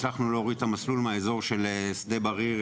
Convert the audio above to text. הצלחנו להוריד את המסלול מהאזור של שדה בריר,